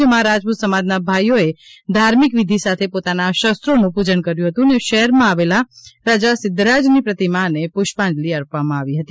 જેમાં રાજપૂત સમાજના ભાઈઓએ ધાર્મિક વિધિ સાથે પોતાના શસ્ત્રોનું પૂજન કર્યું હતું અને શહેરમાં આવેલ રાજા સિદ્ધરાજની પ્રતિમાને પુષ્પાંજલી અર્પવામાં આવી હતી